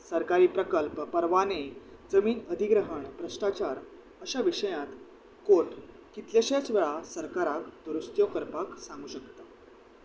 सरकारी प्रकल्प परवाने जमीन अधिग्रहण भ्रश्टाचार अश्या विशयांत कोर्ट कितलेशेच वेळार सरकाराक दुरुस्त्यो करपाक सांगूं शकता